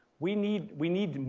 we need, we need,